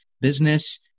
Business